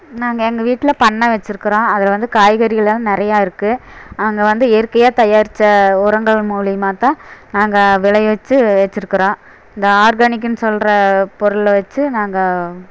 நாங்கள் எங்கள் வீட்டில் பண்ணை வச்சிருக்கிறோம் அதில் வந்து காய்கறிகள்லாம் நிறைய இருக்குது அங்கே வந்து இயற்கையா தயாரித்த உரங்கள் மூலிமாதான் நாங்கள் விளைய வச்சு வச்சுருக்கிறோம் இந்த ஆர்கானிக்குன்னு சொல்கிற பொருளை வச்சு நாங்கள்